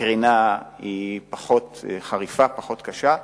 הקרינה היא פחות חריפה, פחות קשה.